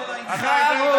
אתם חלאות, חארות.